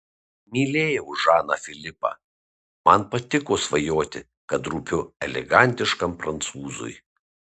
mylėjau žaną filipą man patiko svajoti kad rūpiu elegantiškam prancūzui